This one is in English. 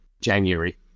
January